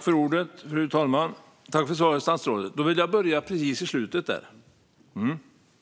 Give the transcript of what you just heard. Fru talman! Tack, statsrådet, för svaret! Jag vill börja precis i slutet.